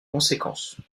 conséquences